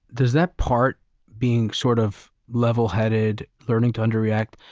does that part being sort of level-headed, learning to underreact,